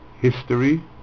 history